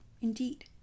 indeed